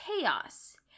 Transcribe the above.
chaos